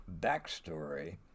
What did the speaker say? backstory